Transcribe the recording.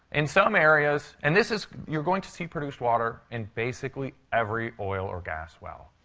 in some areas and this is you're going to see produced water in basically every oil or gas well.